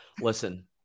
Listen